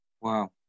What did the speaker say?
Wow